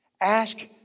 Ask